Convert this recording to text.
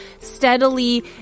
steadily